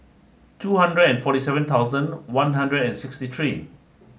two hundred and forty seven thousand one hundred and sixty three